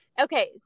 Okay